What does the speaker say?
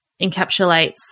encapsulates